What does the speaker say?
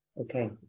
Okay